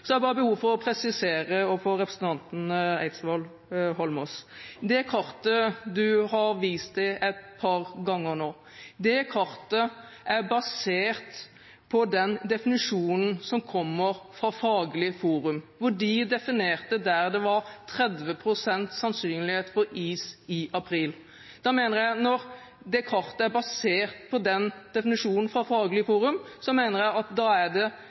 Så har jeg behov for å presisere overfor representanten Eidsvoll Holmås: Det kartet han har vist til et par ganger nå, er basert på den definisjonen som kommer fra Faglig forum, hvor de definerte hvor det var 30 pst. sannsynlighet for is i april. Da mener jeg at når det kartet er basert på den definisjonen fra Faglig forum, er det